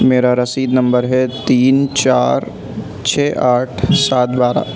میرا رسید نمبر ہے تین چار چھ آٹھ سات بارہ